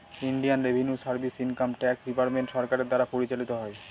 Indian Revenue Service Income Tax Department সরকারের দ্বারা পরিচালিত হয়